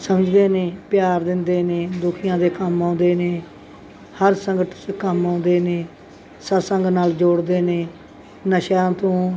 ਸਮਝਦੇ ਨੇ ਪਿਆਰ ਦਿੰਦੇ ਨੇ ਦੁਖੀਆਂ ਦੇ ਕੰਮ ਆਉਂਦੇ ਨੇ ਹਰ ਸੰਕਟ 'ਚ ਕੰਮ ਆਉਂਦੇ ਨੇ ਸਤਿਸੰਗ ਨਾਲ ਜੋੜਦੇ ਨੇ ਨਸ਼ਿਆਂ ਤੋਂ